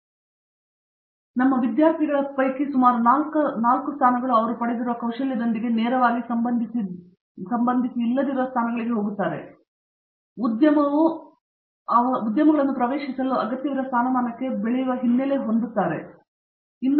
ಸ್ಥೂಲವಾಗಿ ನಮ್ಮ ವಿದ್ಯಾರ್ಥಿಗಳ ಪೈಕಿ ಸುಮಾರು ನಾಲ್ಕನೇ ಸ್ಥಾನಗಳು ಅವರು ಪಡೆದಿರುವ ಕೌಶಲ್ಯಗಳೊಂದಿಗೆ ನೇರವಾಗಿ ಸಂಬಂಧಿಸಿಲ್ಲದಿರುವ ಸ್ಥಾನಗಳಿಗೆ ಹೋಗುತ್ತವೆ ಎಂದು ತಿಳಿಸೋಣ ಆದರೆ ಉದ್ಯಮವು ಅವುಗಳನ್ನು ಪ್ರವೇಶಿಸಲು ಅಗತ್ಯವಿರುವ ಸ್ಥಾನಮಾನಕ್ಕೆ ಬೆಳೆಯಲು ಅಗತ್ಯವಿರುವ ಹಿನ್ನೆಲೆ ಮಾಹಿತಿ ಇದೆ